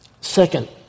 Second